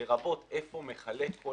לרבות איפה הוא מחלק כל